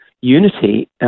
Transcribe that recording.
unity